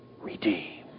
redeem